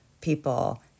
people